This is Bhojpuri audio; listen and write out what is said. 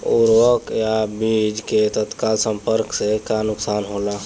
उर्वरक अ बीज के तत्काल संपर्क से का नुकसान होला?